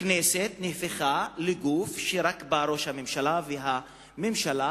הכנסת נהפכה לגוף שראש הממשלה והממשלה